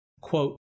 quote